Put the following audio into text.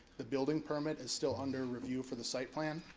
the building permit is still under review for the site plan.